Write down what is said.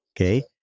Okay